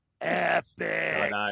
epic